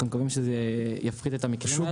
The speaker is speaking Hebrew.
אנחנו מקווים שזה יפחית את המקרים האלה.